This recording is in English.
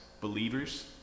believers